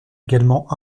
également